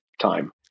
time